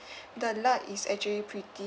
the luck is actually pretty